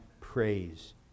praise